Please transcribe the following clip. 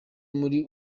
muri